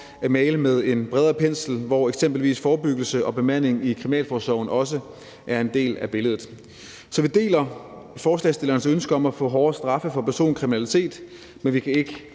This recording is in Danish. at male med en bredere pensel, hvor eksempelvis forebyggelse og bemanding i kriminalforsorgen også er en del af billedet. Så vi deler forslagsstillerens ønske om, at der kommer hårdere straffe for personfarlig kriminalitet, men vi kan ikke